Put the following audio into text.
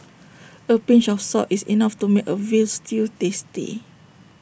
A pinch of salt is enough to make A Veal Stew tasty